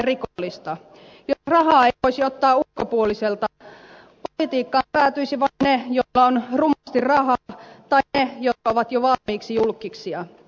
jos rahaa ei voisi ottaa ulkopuoliselta politiikkaan päätyisivät vain ne joilla on rumasti rahaa tai ne jotka ovat jo valmiiksi julkkiksia